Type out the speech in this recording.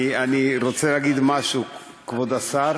אני רוצה להגיד משהו, כבוד השר.